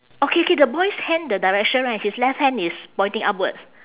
okay K the boy's hand the direction right his left hand is pointing upwards